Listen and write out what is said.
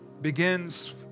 begins